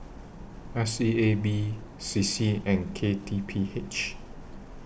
S E A B C C and K T P H